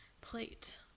plate